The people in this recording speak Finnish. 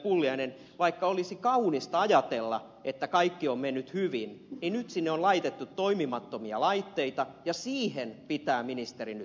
pulliainen vaikka olisi kaunista ajatella että kaikki on mennyt hyvin sinne on laitettu toimimattomia laitteita ja siihen pitää ministeri